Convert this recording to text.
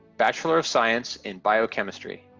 bachelor of science in biochemistry.